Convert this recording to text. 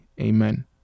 Amen